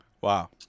Wow